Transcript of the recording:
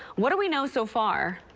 what do we know so far.